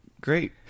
great